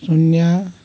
शून्य